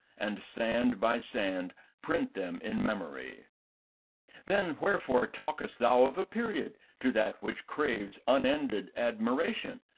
and sand by sand print them in memory then wherefore talkest thou of a period to that which craves unended admiration?